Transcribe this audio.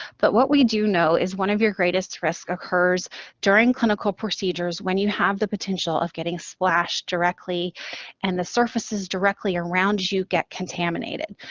but what we do know is one of your greatest risk occurs during clinical procedures when you have the potential of getting splashed directly and the surfaces directly around you get contaminated.